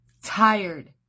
Tired